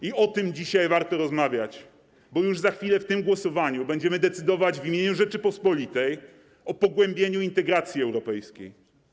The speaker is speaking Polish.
I o tym dzisiaj warto rozmawiać, bo już za chwilę w tym głosowaniu będziemy decydować w imieniu Rzeczypospolitej o pogłębieniu integracji europejskiej.